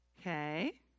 Okay